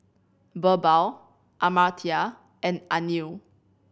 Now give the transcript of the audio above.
Birbal Amartya and Anil